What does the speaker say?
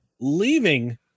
leaving